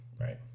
right